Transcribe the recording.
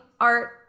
art